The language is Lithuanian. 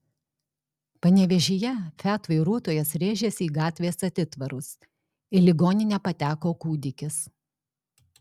panevėžyje fiat vairuotojas rėžėsi į gatvės atitvarus į ligoninę pateko kūdikis